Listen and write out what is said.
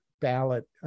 ballot